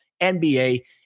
NBA